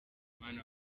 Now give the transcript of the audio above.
mana